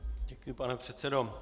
Děkuji, pane předsedo.